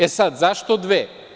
E sad, zašto dve?